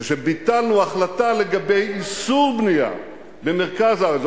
זה שביטלנו החלטה לגבי איסור בנייה במרכז הארץ.